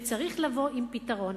וצריך לבוא עם פתרון.